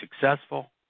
successful